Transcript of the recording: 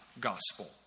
gospel